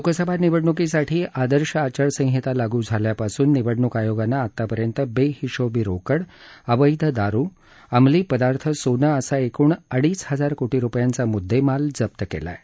लोकसभा निवडणुकीसाठी आदर्श आचारसंहीता लागू झाल्यापासून निवडणूक आयोगानं आतापर्यंत बेहीशोबी रोकड अवैध दारु अमली पदार्थ सोनं असा एकूण अडीच हजार कोटी रुपयांचा मुद्देमाल जप्त केला आहे